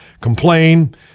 complain